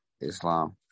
Islam